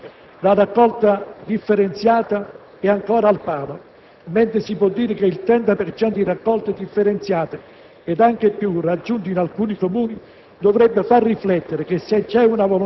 Dopo tredici anni di regime commissariale, in Campania la raccolta differenziata è ancora al palo, mentre si può dire che il 30 per cento di raccolta differenziata,